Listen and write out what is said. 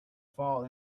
fall